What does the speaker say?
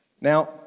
Now